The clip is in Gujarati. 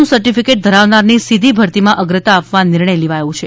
નું સર્ટિફિકેટ ધરાવનારને સીધી ભરતીમાં અગ્રતા આપવા નિર્ણય લેવાયો છે